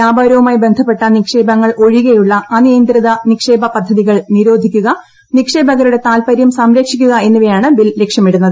വ്യാപാരവുമായി ബന്ധപ്പെട്ട നിക്ഷേപങ്ങൾ ഒഴികെയുള്ള അനിയന്ത്രിത നിക്ഷേപ പദ്ധതികൾ നിരോധിക്കുക നിക്ഷേപകരുടെ താൽപര്യം സംരക്ഷിക്കുക എന്നിവയാണ് ബിൽ ലക്ഷ്യമിടുന്നത്